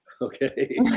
okay